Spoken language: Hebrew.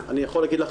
אני יכול להגיד לך,